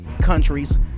countries